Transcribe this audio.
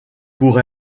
pour